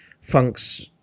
Funks